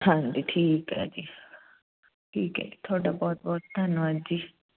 ਹਾਂਜੀ ਠੀਕ ਹੈ ਜੀ ਠੀਕ ਹੈ ਜੀ ਤੁਹਾਡਾ ਬਹੁਤ ਬਹੁਤ ਧੰਨਵਾਦ ਜੀ